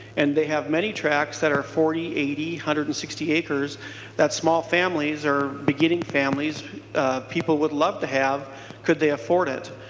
and they have many tracks that are forty eighty one hundred and sixty acres that small families are beginning families people with love to have could they afford it.